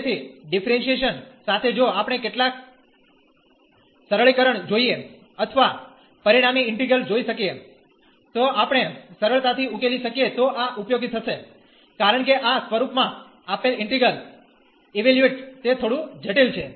તેથી ડીફરેનશીયેશન સાથે જો આપણે કેટલાક સરળીકરણ જોઈએ અથવા પરિણામી ઈન્ટિગ્રલ જોઈ શકીએ તો આપણે સરળતાથી ઉકેલી શકીએ તો આ ઉપયોગી થશે કારણ કે આ સ્વરૂપમાં આપેલ ઈન્ટિગ્રલ ઇવેલ્યુએટ તે થોડું જટિલ છે